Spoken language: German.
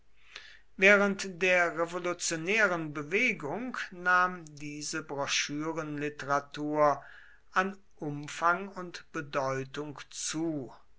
während der revolutionären bewegung nahm diese broschürenliteratur an umfang und bedeutung zu